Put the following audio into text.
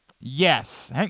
Yes